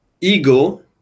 Ego